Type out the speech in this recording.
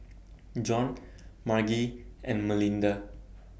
Jon Margie and Melinda